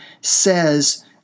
says